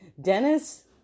Dennis